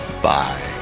Bye